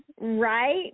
Right